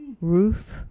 Roof